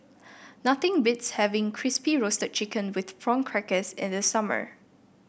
nothing beats having Crispy Roasted Chicken with Prawn Crackers in the summer